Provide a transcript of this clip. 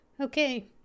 Okay